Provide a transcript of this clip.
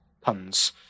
Puns